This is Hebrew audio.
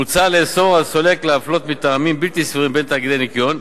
מוצע לאסור על סולק להפלות מטעמים בלתי סבירים בין תאגידי ניכיון,